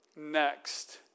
next